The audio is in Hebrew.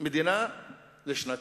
מדינה לשנתיים.